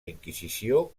inquisició